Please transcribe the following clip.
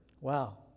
Wow